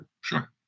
Sure